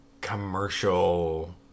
commercial